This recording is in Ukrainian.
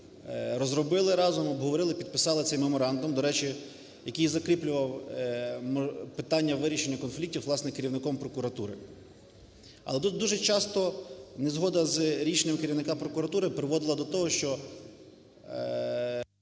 розробили разом, обговорили, підписали цей меморандум. До речі, який закріплював питання вирішення конфліктів, власне, керівником прокуратури. Але дуже часто незгода з рішенням керівника прокуратури приводила до того, що…